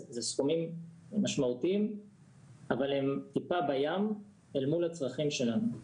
אלה סכומים משמעותיים אבל הם טיפה בים אל מול הצרכים שלנו.